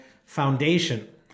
foundation